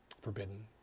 forbidden